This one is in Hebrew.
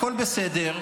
הכול בסדר.